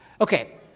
Okay